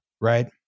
right